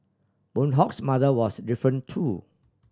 Boon Hock's mother was different too